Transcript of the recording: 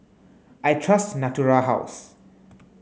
I trust Natura House